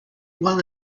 what